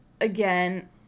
again